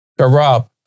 Rob